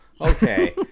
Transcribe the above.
Okay